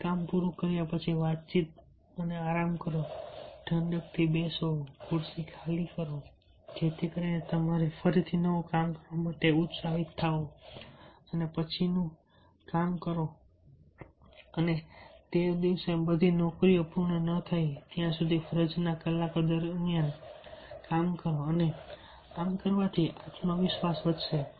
કોઈ કામ પૂરું કર્યા પછી વાતચીત દ્વારા આરામ કરો ઠંડકથી બેસો ખુરશીઓ ખાલી કરો જેથી કરીને તમે ફરીથી નવું કામ કરવા માટે ઉત્સાહિત થાઓ પછીનું કામ કરવાનો પ્રયાસ કરો અને તે દિવસે બધી નોકરીઓ પૂર્ણ ન થાય ત્યાં સુધી ફરજના કલાકો દરમિયાન કામ કરો અને આમ કરવાથી આત્મવિશ્વાસ વધશે